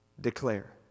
declare